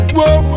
Whoa